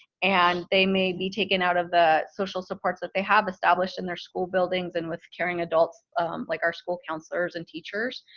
and they may be taken out of the social supports that they have established in their school buildings, and with caring adults like our school counselors and teachers.